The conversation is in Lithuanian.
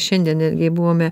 šiandien netgi buvome